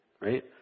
right